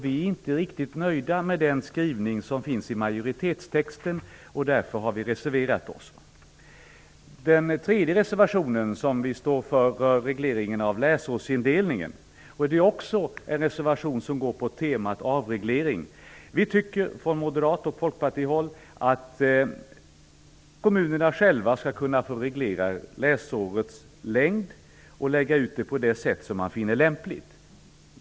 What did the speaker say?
Vi är inte riktigt nöjda med den skrivning som finns i majoritetstexten. Därför har vi reserverat oss. Den tredje reservationen som vi ställer oss bakom rör regleringen av läsårsindelningen. Det är också en reservation som går på temat avreglering. Vi från moderaterna och Folkpartiet tycker att kommunerna själva skall få reglera läsårets längd och lägga ut det på det sätt som man finner lämpligt.